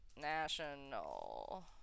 national